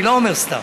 אני לא אומר סתם.